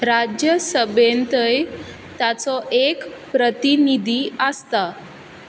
राज्य सभेंतय ताचो एक प्रतिनिधी आसता